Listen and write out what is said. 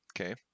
Okay